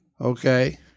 Okay